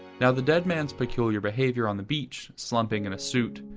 now the dead man's peculiar behavior on the beach slumping in a suit,